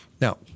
Now